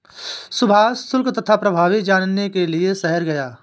सुभाष शुल्क तथा प्रभावी जानने के लिए शहर गया